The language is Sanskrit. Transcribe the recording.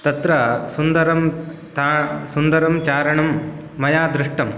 तत्र सुन्दरं ताण् सुन्दरं चारणं मया दृष्टं